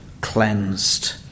cleansed